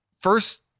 first